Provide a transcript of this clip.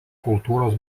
kultūros